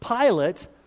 Pilate